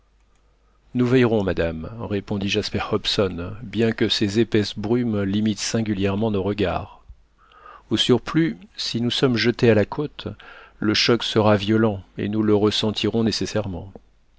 nous veillerons madame répondit jasper hobson bien que ces épaisses brumes limitent singulièrement nos regards au surplus si nous sommes jetés à la côte le choc sera violent et nous le ressentirons nécessairement